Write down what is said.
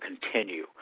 continue